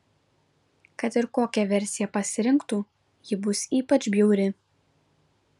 kad ir kokią versiją pasirinktų ji bus ypač bjauri